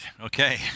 okay